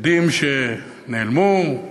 עדים שנעלמו,